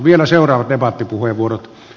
vielä seuraavat debattipuheenvuorot